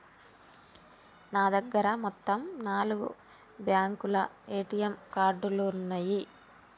నా దగ్గర మొత్తం నాలుగు బ్యేంకుల ఏటీఎం కార్డులున్నయ్యి